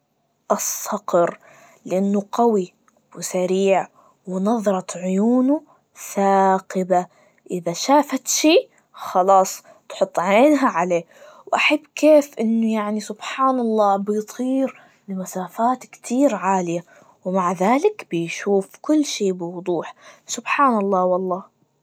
الصقر, لأنه قوي وسريع, ونظرة عيونه ثاقبة, إذا شافت شيء خلاص, تحط عينها عليه, وأحب كيف إنه يعني سبحان الله, بيطير لمسافات كتير عالية, ومع ذلك بيشوف كل شي بوضوح, سبحان الله والله.